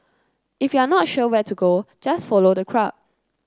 if you're not sure where to go just follow the crowd